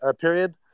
period